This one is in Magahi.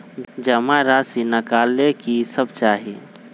जमा राशि नकालेला कि सब चाहि?